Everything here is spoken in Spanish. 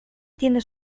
tiene